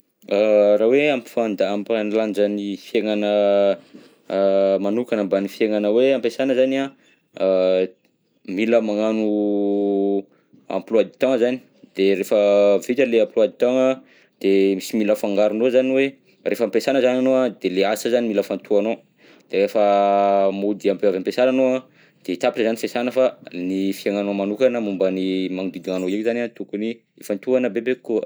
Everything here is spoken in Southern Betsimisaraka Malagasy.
Raha hoe hampifanda- hampanilanja ny fiainana manokana mbany fiainana hoe ampiasana zany an, mila magnano emploi du temps zany, de rehefa vita le emploi du temps an de sy mila afangaronao zany hoe rehefa ampiasana anao de ny asa ifantohanao, rehefa mody avy ampiasana anao an de tapitra zany fiasana fa ny fiaignanao manokana momba ny magnodidina anao io zany tokony ifantohana bebe kokoa.